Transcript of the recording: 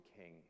King